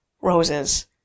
roses